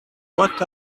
what